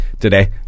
today